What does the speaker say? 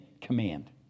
command